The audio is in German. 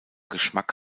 geschmack